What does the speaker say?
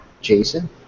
Jason